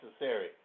necessary